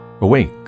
awake